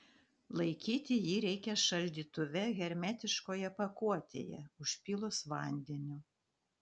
laikyti jį reikia šaldytuve hermetiškoje pakuotėje užpylus vandeniu